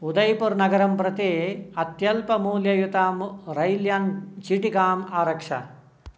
उदैपूर् नगरं प्रति अत्यल्पमूल्ययुतां रैल् यानचीटिकाम् आरक्ष